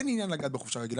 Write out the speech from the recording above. אין עניין לגעת בחופשה הרגילה.